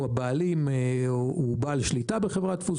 ההקלה שנותנים לשר או הסמכות שנותנים לשר לקבל החלטה שמשנה את זה,